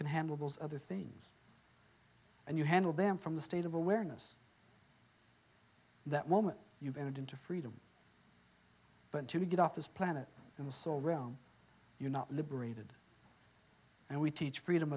can handle those other things and you handle them from the state of awareness that moment you've entered into freedom but to get off this planet and the soul realm you're not liberated and we teach freedom